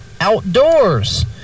outdoors